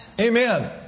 Amen